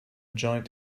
joint